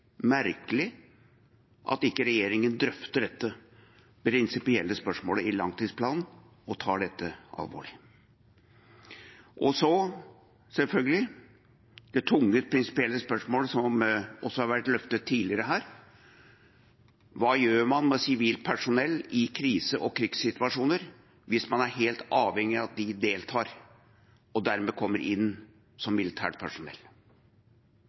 at regjeringen ikke drøfter dette prinsipielle spørsmålet i langtidsplanen og tar dette alvorlig. Så er selvfølgelig det tunge prinsipielle spørsmålet, som også har vært løftet her tidligere: Hva gjør man med sivilt personell i krise- og krigssituasjoner hvis man er helt avhengig av at de deltar, og dermed kommer de inn som militært personell?